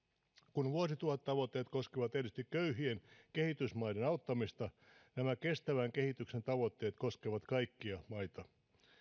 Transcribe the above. kun vuosituhattavoitteet koskivat erityisesti köyhien kehitysmaiden auttamista nämä kestävän kehityksen tavoitteet koskevat kaikkia maita